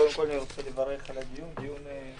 קודם כול אני רוצה לברך על הדיון, הוא דיון חשוב.